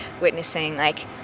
witnessing—like